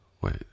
wait